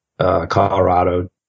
Colorado